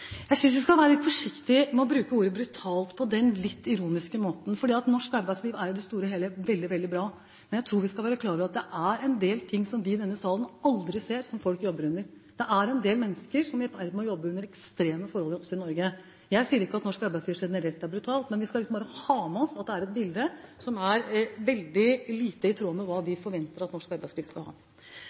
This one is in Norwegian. Jeg synes vi skal være litt forsiktige med å bruke ordet «brutalt» på den litt ironiske måten, for norsk arbeidsliv er jo i det store og hele veldig, veldig bra. Men jeg tror vi skal være klar over at det er en del folk som jobber under forhold som vi i denne salen aldri ser. Det er en del mennesker som jobber under ekstreme forhold også i Norge. Jeg sier ikke at norsk arbeidsliv generelt er brutalt, men vi skal ha med oss at det er et bilde som er veldig lite i tråd med hvordan vi forventer at norsk arbeidsliv skal